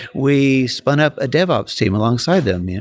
we spun up a dev ops team alongside them. yeah